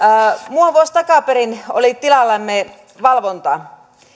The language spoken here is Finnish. muutama vuosi takaperin oli tilallamme valvonta